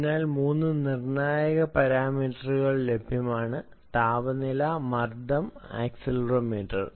അതിനാൽ 3 നിർണായക പാരാമീറ്ററുകൾ ലഭ്യമാണ് താപനില മർദ്ദം ആക്സിലറോമീറ്റർ